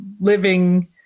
living